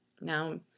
Now